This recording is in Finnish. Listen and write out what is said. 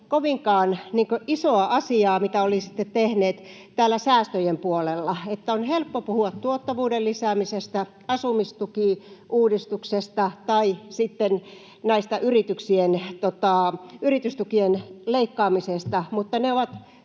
kovinkaan isoa asiaa, mitä olisitte tehneet täällä säästöjen puolella. On helppo puhua tuottavuuden lisäämisestä, asumistukiuudistuksesta tai sitten näistä yritystukien leikkaamisesta, mutta ne ovat